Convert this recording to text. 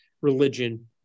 religion